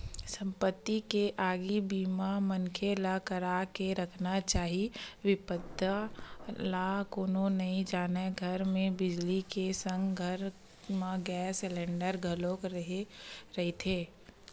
संपत्ति के आगी बीमा मनखे ल करा के रखना चाही बिपदा ल कोनो नइ जानय घर म बिजली के संग घर म गेस सिलेंडर घलोक रेहे रहिथे